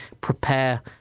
prepare